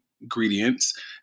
ingredients